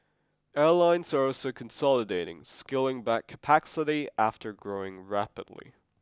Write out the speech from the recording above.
airlines are also consolidating scaling back capacity after growing rapidly